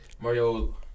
Mario